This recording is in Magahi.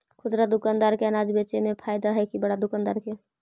खुदरा दुकानदार के अनाज बेचे में फायदा हैं कि बड़ा दुकानदार के?